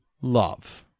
Love